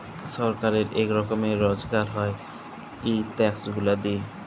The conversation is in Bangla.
ছরকারের ইক রকমের রজগার হ্যয় ই ট্যাক্স গুলা দিঁয়ে